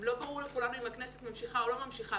לא ברור לכולם אם הכנסת ממשיכה או לא ממשיכה,